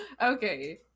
Okay